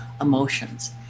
emotions